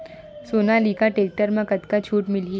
Sonalika tractor म कतका छूट मिलही?